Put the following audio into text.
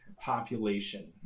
population